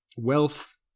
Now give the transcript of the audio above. Wealth